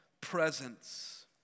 presence